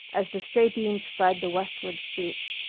as the stray beams fled the westward streets,